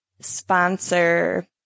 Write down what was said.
sponsor